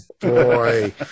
boy